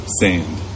sand